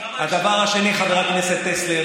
חבר הכנסת טסלר,